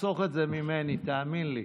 תאמין לי.